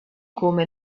come